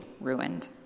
ruined